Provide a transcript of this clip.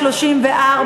לסעיף